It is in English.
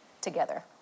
together